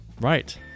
right